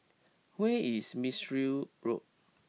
where is Mistri Road